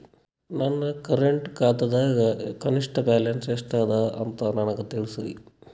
ನನ್ನ ಕರೆಂಟ್ ಖಾತಾದಾಗ ಕನಿಷ್ಠ ಬ್ಯಾಲೆನ್ಸ್ ಎಷ್ಟು ಅದ ಅಂತ ನನಗ ತಿಳಸ್ರಿ